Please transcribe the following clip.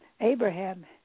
Abraham